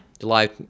July